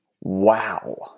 Wow